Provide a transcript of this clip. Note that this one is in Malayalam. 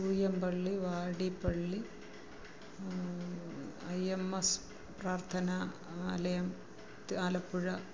Thuyyampalli Vadippalli I M S പ്രാർത്ഥനാ ആലയം ത്ത് ആലപ്പുഴ